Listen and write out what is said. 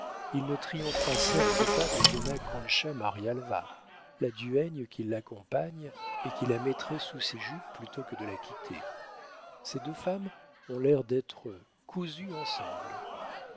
il ne triomphera certes pas de dona concha marialva la duègne qui l'accompagne et qui la mettrait sous ses jupes plutôt que de la quitter ces deux femmes ont l'air d'être cousues ensemble